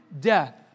death